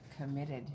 committed